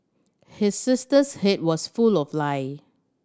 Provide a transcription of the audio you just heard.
his sister's head was full of lice